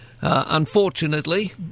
unfortunately